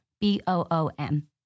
B-O-O-M